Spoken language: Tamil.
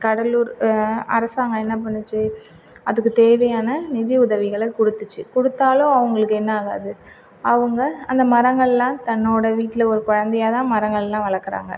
கடலூர் அரசாங்கம் என்ன பண்ணுச்சு அதுக்கு தேவையான நிதி உதவிகளை கொடுத்துச்சு கொடுத்தாலும் அவங்களுக்கு என்ன ஆகாது அவங்க அந்த மரங்கள்லாம் தன்னோட வீட்டில் ஒரு குழந்தையா தான் மரங்கள்லாம் வளர்க்குறாங்க